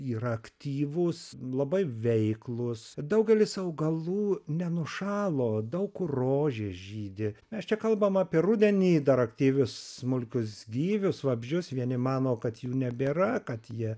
yra aktyvūs labai veiklūs daugelis augalų nenušalo daug kur rožės žydi mes čia kalbam apie rudenį dar aktyvius smulkius gyvius vabzdžius vieni mano kad jų nebėra kad jie